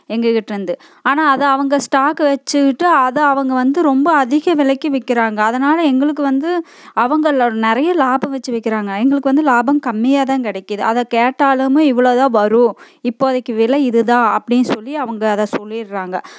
எங்ககிட்ருந்து ஆனால் அதை அவங்க ஸ்டாக்கு வச்சுக்கிட்டு அதை அவங்க வந்து ரொம்ப அதிக விலைக்கி விற்கிறாங்க அதனால் எங்களுக்கு வந்து அவங்க அதில் ஒரு நிறைய லாபம் வச்சு விற்கிறாங்க எங்களுக்கு வந்து லாபம் கம்மியாக தான் கிடைக்குது அதை கேட்டாலுமே இவ்வளோ தான் வரும் இப்போதைக்கு விலை இது தான் அப்படின்னு சொல்லி அவங்க அதை சொல்லிடுறாங்க